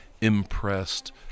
impressed